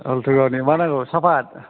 हलथुगावनि मा नांगौ साहाफाथ